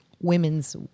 women's